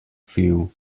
view